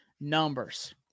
numbers